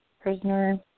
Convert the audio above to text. Prisoner